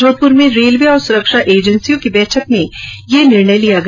जोधपुर में रेलवे तथा सुरक्षा एजेंसियों की बैठक में ये निर्णय लिया गया